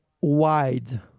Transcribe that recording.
wide